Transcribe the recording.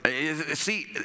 See